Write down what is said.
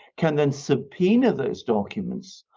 can then subpoena those documents.